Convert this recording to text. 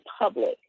public